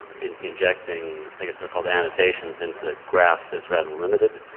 injecting, i guess they're called annotations, into the graph is rather limited.